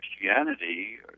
Christianity